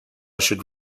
should